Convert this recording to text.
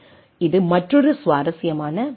இது மற்றொரு சுவாரஸ்யமான பகுதி